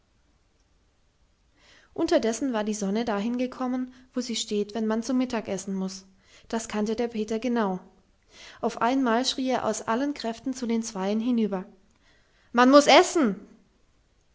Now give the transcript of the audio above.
unterdessen war die sonne dahin gekommen wo sie steht wenn man zu mittag essen muß das kannte der peter genau auf einmal schrie er aus allen kräften zu den zweien hinüber man muß essen